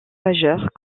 majeures